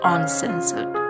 Uncensored